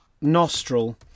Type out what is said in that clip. Nostril